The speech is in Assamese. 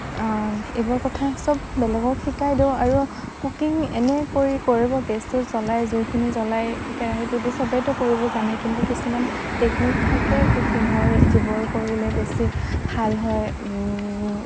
এইবোৰ কথা চব বেলেগক শিকাই দিওঁ আৰু কুকিং এনেই কৰি কৰিব গেছটো জ্বলাই জুইখিনি জ্বলাই কেৰাহীটো দি চবেইতো কৰিব জানেই কিন্তু কিছুমান টেকনিক থাকে কুকিঙৰ যিবোৰ কৰিলে বেছি ভাল হয়